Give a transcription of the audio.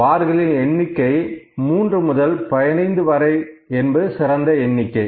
பார்களின் எண்ணிக்கை 3 முதல் 13 வரை என்பது சிறந்த எண்ணிக்கை